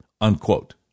unquote